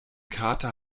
kater